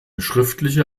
schriftliche